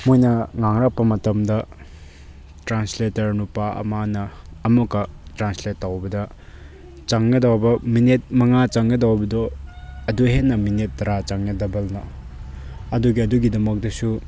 ꯃꯣꯏꯅ ꯉꯥꯡꯂꯛꯄ ꯃꯇꯝꯗ ꯇ꯭ꯔꯥꯟꯁꯂꯦꯇꯔ ꯅꯨꯄꯥ ꯑꯃꯅ ꯑꯃꯨꯛꯀ ꯇ꯭ꯔꯥꯟꯁꯂꯦꯠ ꯇꯧꯕꯗ ꯆꯪꯒꯗꯧꯕ ꯃꯤꯅꯤꯠ ꯃꯉꯥ ꯆꯪꯒꯗꯧꯕꯗꯣ ꯑꯗꯨ ꯍꯦꯟꯅ ꯃꯤꯅꯤꯠ ꯇꯔꯥ ꯆꯪꯉꯦ ꯗꯕꯜꯗ ꯑꯗꯨꯒꯤ ꯑꯗꯨꯒꯤ ꯗꯃꯛꯇꯁꯨ